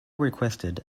requested